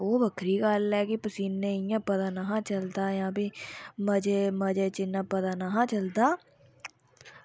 ते ओह् बक्खरी गल्ल ऐ कि उत्थै पसीनेंच पता निहा चलदा मज़े च मज़े च इन्ना पता निहा चलदा